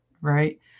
right